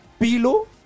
Pilo